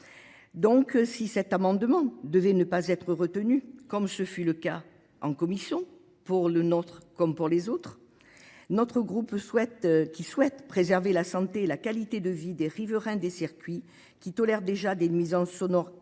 Donc, si cet amendement devait ne pas être retenu, comme ce fut le cas en Commission, pour le nôtre comme pour les autres, notre groupe qui souhaite préserver la santé et la qualité de vie des riverains des circuits qui tolèrent déjà des mises en sonore